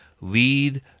lead